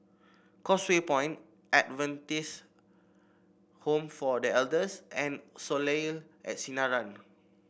Causeway Point Adventist Home for The Elders and Soleil at Sinaran